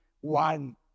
one